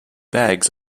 bags